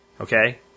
Okay